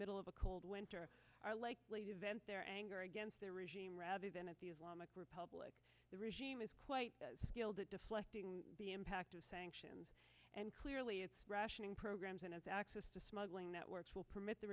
middle of a cold winter are likely to vent their anger against the regime rather than at the islamic republic the regime is quite skilled at deflecting the impact of sanctions and clearly it's rationing programs and access to smuggling networks will permit the